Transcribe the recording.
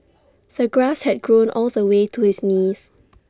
the grass had grown all the way to his knees